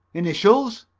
initials?